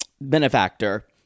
benefactor